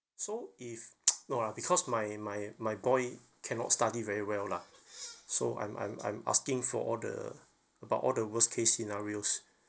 ya so if no lah because my my my boy cannot study very well lah so I'm I'm I'm asking for all the about all the worst case scenarios